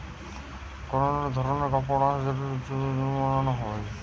cotton হতিছে গটে ধরণের কাপড়ের আঁশ যেটি সুতো নু বানানো হয়